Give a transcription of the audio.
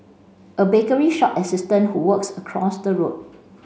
a bakery shop assistant who works across the road